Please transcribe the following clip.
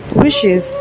wishes